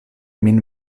min